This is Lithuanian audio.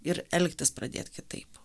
ir elgtis pradėt kitaip